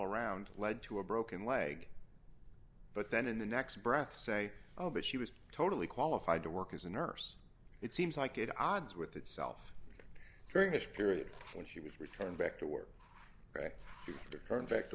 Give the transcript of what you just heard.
around led to a broken leg but then in the next breath say oh but she was totally qualified to work as a nurse it seems like it odds with itself during this period when she was returned back to work